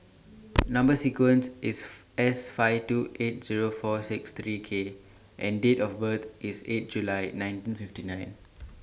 Number sequence IS S five two eight Zero four six three K and Date of birth IS eight July nineteen fifty nine